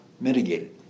mitigated